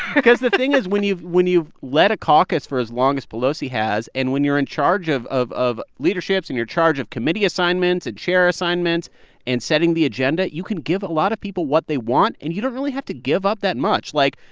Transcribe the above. cause the thing is, when you've when you've led a caucus for as long as pelosi has, and when you're in charge of of of leaderships and you're in charge of committee assignments and chair assignments and setting the agenda, you can give a lot of people what they want, and you don't really have to give up that much. like,